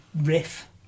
riff